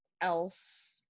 else